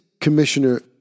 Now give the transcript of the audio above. Commissioner